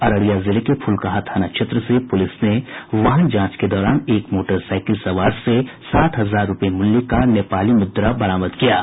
अररिया जिले के फुलकाहा थाना क्षेत्र से पुलिस ने वाहन जांच के दौरान एक मोटरसाईकिल सवार से साठ हजार रूपये मूल्य का नेपाली मुद्रा बरामद किया है